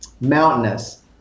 mountainous